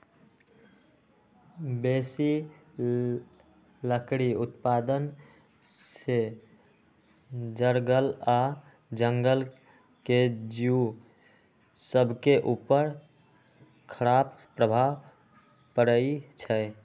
बेशी लकड़ी उत्पादन से जङगल आऽ जङ्गल के जिउ सभके उपर खड़ाप प्रभाव पड़इ छै